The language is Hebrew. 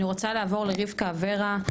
אני רוצה לעבור לרבקה אברה,